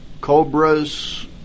Cobras